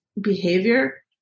behavior